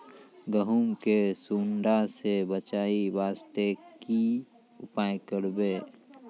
गहूम के सुंडा से बचाई वास्ते की उपाय करबै?